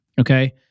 Okay